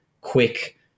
quick